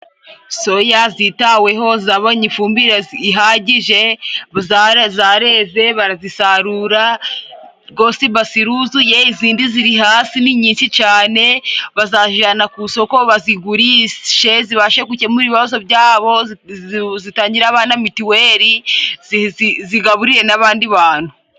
Soya zitaweho zabonye ifumbire ihagije, zara zareze barazisarura. Rwose ibase iruzuye izindi ziri hasi ni nyinshi cane. Bazazijana ku soko bazigurishe, zibashe gukemura ibibazo byabo, zitangire abana mitiweli, zigaburiye n'abandi bantu.